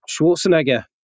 Schwarzenegger